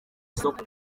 isoko